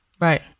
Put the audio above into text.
Right